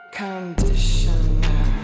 conditioner